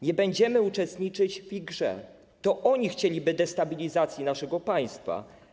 Nie będziemy uczestniczyć w ich grze, to oni chcieliby destabilizacji naszego państwa.